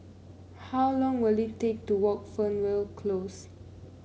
how long will it take to walk Fernvale Close